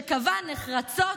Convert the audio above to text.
שקבע נחרצות: